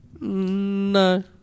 No